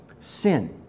Sin